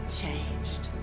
changed